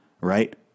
right